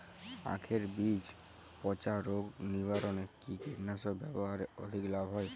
আঁখের বীজ পচা রোগ নিবারণে কি কীটনাশক ব্যবহারে অধিক লাভ হয়?